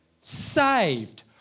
saved